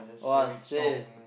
!wahseh!